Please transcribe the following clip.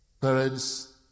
Parents